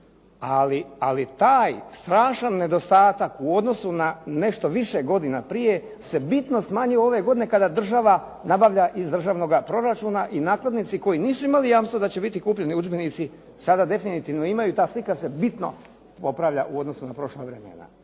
Ali taj strašan nedostatak u odnosu na nešto više godina prije se bitno smanjio ove godine kada država nabavlja iz državnoga proračuna i nakladnici koji nisu imali jamstvo da će biti kupljeni udžbenici sada definitivno imaju. Ta slika se bitno popravlja u odnosu na prošla vremena.